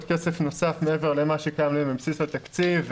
כסף נוסף מעבר למה שקיים בבסיס התקציב,